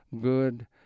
good